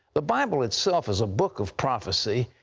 the bible itself is a book of prophecy,